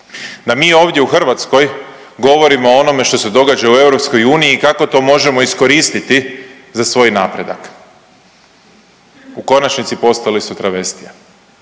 Da mi ovdje u Hrvatskoj govorimo o onome što se događa u EU i kako to možemo iskoristiti za svoj napredak. U konačnici, postali su travestija